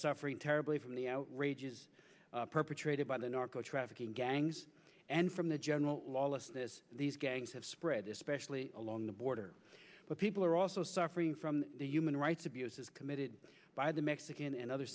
suffering terribly from the outrages perpetrated by the narco trafficking gangs and from the general lawlessness these gangs have spread especially along the border but people are also suffering from the human rights abuses committed by the mexican and other